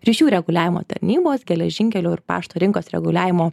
ryšių reguliavimo tarnybos geležinkelių ir pašto rinkos reguliavimo